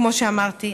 כמו שאמרתי,